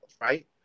right